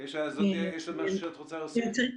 יש עוד משהו שאת רוצה להוסיף?